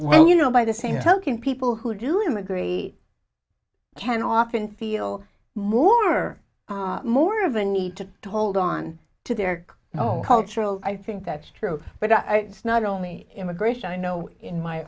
well you know by the same token people who do immigrate can often feel more or more of a need to hold on to their own cultural i think that's true but it's not only immigration i know in my